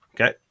Okay